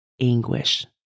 anguish